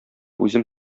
үзем